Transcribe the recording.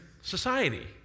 society